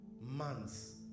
months